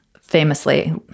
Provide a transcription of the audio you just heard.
famously